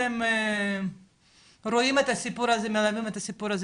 אתם רואים את הסיפור הזה מקרוב.